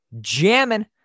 jamming